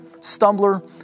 stumbler